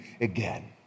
again